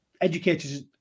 Educators